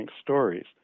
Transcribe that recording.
stories